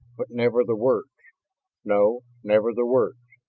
but never the words no, never the words!